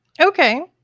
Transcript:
Okay